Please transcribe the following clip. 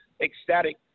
ecstatic